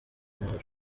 amahoro